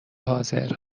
حاضر